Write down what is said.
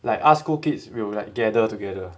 like us cool kids will like gather together